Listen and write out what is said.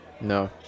no